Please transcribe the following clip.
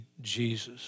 Jesus